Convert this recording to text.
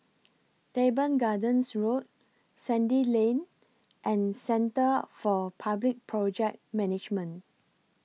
Teban Gardens Road Sandy Lane and Centre For Public Project Management